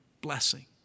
blessing